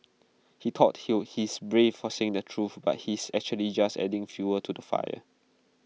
he thought he'll he's brave for saying the truth but he's actually just adding fuel to the fire